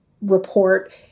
report